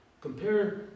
Compare